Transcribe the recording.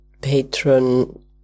patron